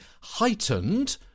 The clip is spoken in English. heightened